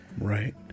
Right